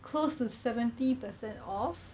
close to seventy percent off